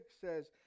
says